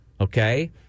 okay